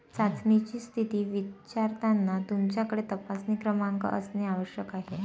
चाचणीची स्थिती विचारताना तुमच्याकडे तपासणी क्रमांक असणे आवश्यक आहे